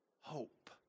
hope